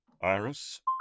Iris